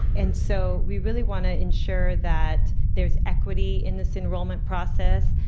and so we really want to ensure that there is equity in this enrollment process,